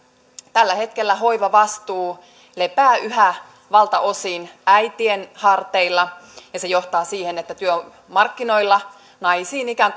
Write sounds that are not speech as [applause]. tällä hetkellä hoivavastuu lepää yhä valtaosin äitien harteilla ja se johtaa siihen että työmarkkinoilla naisiin ikään [unintelligible]